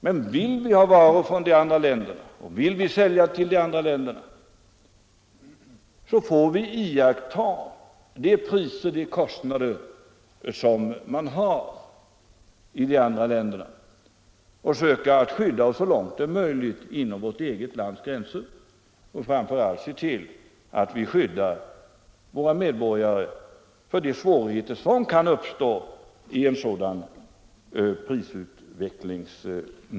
Men vill vi ha varor från de andra länderna och vill vi sälja till de andra länderna, får vi rätta oss efter de priser och de kostnader som man har i de andra länderna och söka skydda oss så långt det är möjligt inom vårt eget lands gränser och framför allt se till att vi skyddar medborgarna mot de svårigheter som kan uppstå i spåren av en sådan prisutveckling.